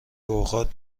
اوقات